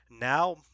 now